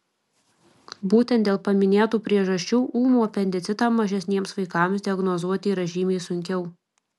būtent dėl paminėtų priežasčių ūmų apendicitą mažesniems vaikams diagnozuoti yra žymiai sunkiau